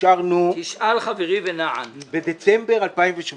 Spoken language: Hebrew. שאישרנו בדצמבר 2017,